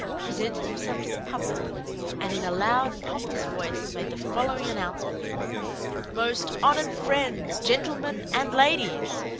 presented himself to the public and in a loud, pompous voice made the following announcement most honored friends, gentlemen and ladies!